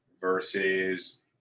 versus